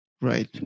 Right